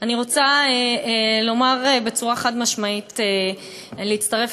אני רוצה בצורה חד-משמעית להצטרף